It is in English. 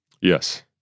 Yes